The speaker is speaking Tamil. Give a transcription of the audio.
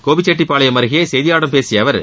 கோபிச்செட்டிப்பாளையம் அருகே செய்தியாளர்களிடம் பேசிய அவர்